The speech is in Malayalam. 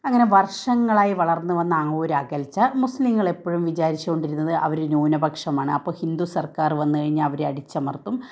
അങ്ങനെ വര്ഷങ്ങളായി വളര്ന്നു വന്ന ആ ഒരു അകല്ച്ച മുസ്ലീങ്ങള് എപ്പോഴും വിചാരിച്ചു കൊണ്ടിരുന്നത് അവർ നൂനപക്ഷമാണ് അപ്പോൾ ഹിന്ദു സര്ക്കാര് വന്ന് കഴിഞ്ഞാല് അവരെ അടിച്ചമര്ത്തും